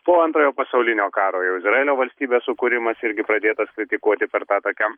po antrojo pasaulinio karo jau izraelio valstybės sukūrimas irgi pradėtas kritikuoti per tą tokią